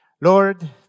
Lord